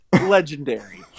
legendary